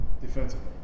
defensively